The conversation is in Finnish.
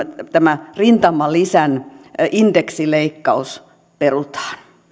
että tämä rintamalisän indeksileikkaus perutaan